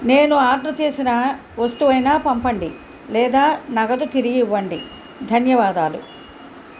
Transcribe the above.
నేను ఆర్డర్ చేసిన వస్తువైనా పంపండి లేదా నగదు తిరిగి ఇవ్వండి ధన్యవాదాలు